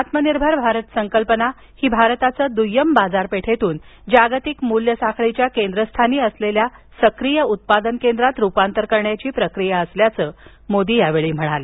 आत्मनिर्भर भारत संकल्पना ही भारताचं द्य्यम बाजारपेठेतून जागतिक मूल्य साखळीच्या केंद्रस्थानी असलेल्या सक्रीय उत्पादन केंद्रात रुपांतर करण्याची प्रक्रिया असल्याचं मोदी म्हणाले